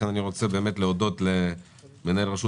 לכן אני רוצה באמת להודות למנהל רשות